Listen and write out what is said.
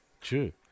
true